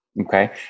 Okay